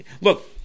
Look